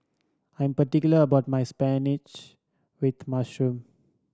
I am particular about my spinach with mushroom